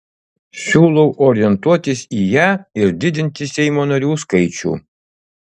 siūlau orientuotis į ją ir didinti seimo narių skaičių